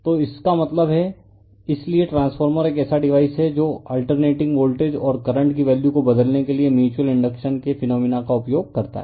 तो इसका मतलब है इसलिए ट्रांसफार्मर एक ऐसा डिवाइस है जो अलटरनेटिंग वोल्टेज और करंट की वैल्यू को बदलने के लिए म्यूच्यूअल इंडक्शन के फिनोमिना का उपयोग करता है